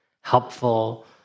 helpful